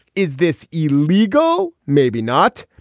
is this illegal. maybe not.